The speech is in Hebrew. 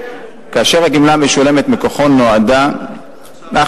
כאשר הגמלה המשולמת מכוחו נועדה אך